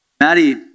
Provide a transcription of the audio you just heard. Maddie